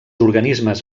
organismes